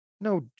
No